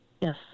Yes